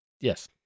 Yes